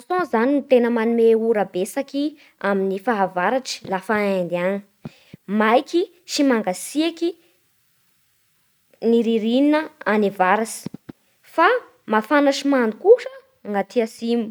Izany no tena manome ora betsaky amin'ny fahavaratry lafa Inde any. Maiky sy mangatsiaky ny ririnina any avaratsy, fa mafana sy mando kosa ny aty atsimo.